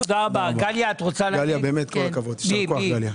גליה מאיר אריכא, באמת כל הכבוד, יישר כוח.